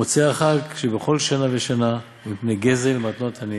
במוצאי החג שבכל שנה ושנה, מפני גזל מתנות עניים.